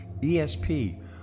ESP